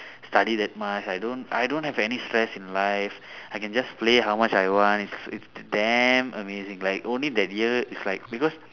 study that much I don't I don't have any stress in life I can just play how much I want it's damn amazing like only that year is like because